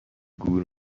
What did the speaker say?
گور